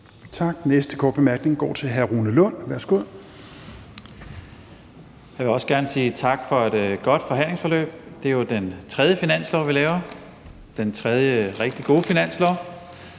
Tak. Den næste korte bemærkning går til hr. Rune Lund. Værsgo. Kl. 17:28 Rune Lund (EL): Jeg vil også gerne sige tak for et godt forhandlingsforløb. Det er jo den tredje finanslov, vi laver, den tredje rigtig gode finanslov.